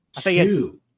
two